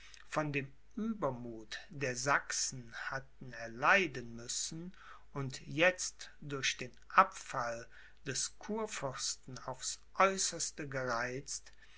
von dem uebermuth der sachsen hatten erleiden müssen und jetzt durch den abfall des kurfürsten aufs äußerste gereizt